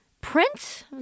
prince